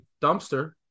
dumpster